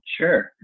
Sure